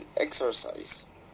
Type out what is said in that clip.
exercise